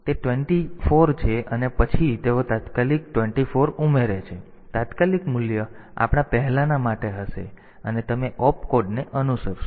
તેથી તે 24 છે અને પછી તેઓ તાત્કાલિક 24 ઉમેરે છે અને તાત્કાલિક મૂલ્ય આપણા પહેલાના માટે હશે અને તમે Op કોડને અનુસરશો